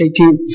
18